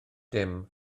dim